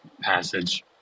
Passage